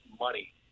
money